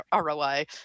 ROI